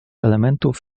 elementów